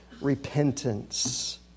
repentance